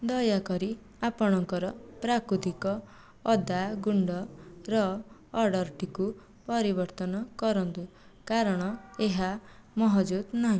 ଦୟାକରି ଆପଣଙ୍କର ପ୍ରାକୃତିକ ଅଦା ଗୁଣ୍ଡର ଅର୍ଡ଼ର୍ଟିକୁ ପରିବର୍ତ୍ତନ କରନ୍ତୁ କାରଣ ଏହା ମହଜୁଦ୍ ନାହିଁ